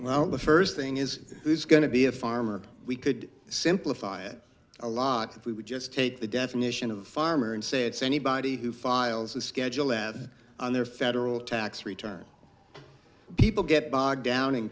well the first thing is there's going to be a farmer we could simplify it a lot if we would just take the definition of farmer and say it's anybody who files a schedule have on their federal tax return people get bogged down in